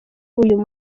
uyu